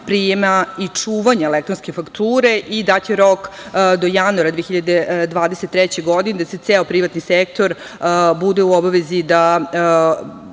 prijema i čuvanja elektronske fakture i dat je rok do januara 2023. godine da se ceo privatni sektor bude u obavezi da